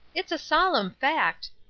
it's a solemn fact,